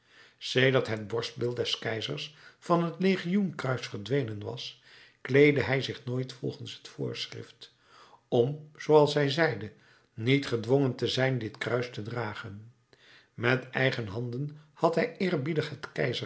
sedert het borstbeeld des keizers van het legioen kruis verdwenen was kleedde hij zich nooit volgens het voorschrift om zooals hij zeide niet gedwongen te zijn dit kruis te dragen met eigen handen had hij eerbiedig